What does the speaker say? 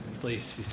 Please